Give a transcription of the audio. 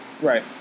Right